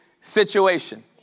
situation